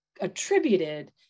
attributed